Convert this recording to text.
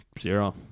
zero